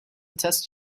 test